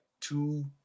two